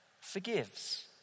forgives